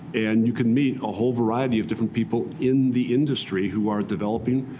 and you can meet a whole variety of different people in the industry, who are developing